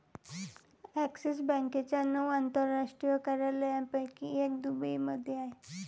axis बँकेच्या नऊ आंतरराष्ट्रीय कार्यालयांपैकी एक दुबईमध्ये आहे